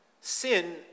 Sin